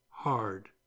hard